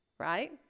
right